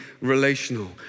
relational